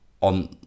on